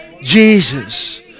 Jesus